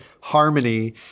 harmony